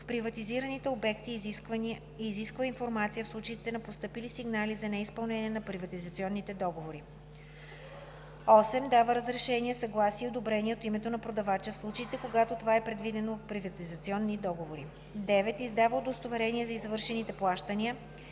в приватизираните обекти и изисква информация в случаите на постъпили сигнали за неизпълнение на приватизационните договори; 8. дава разрешение, съгласие и одобрение от името на продавача в случаите, когато това е предвидено в приватизационни договори; 9. издава удостоверения за извършените плащания